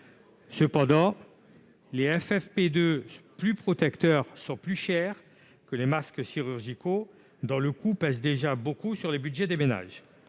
Cependant, les FFP2, plus protecteurs, sont plus chers que les masques chirurgicaux, dont le coût pèse déjà beaucoup sur les budgets des ménages.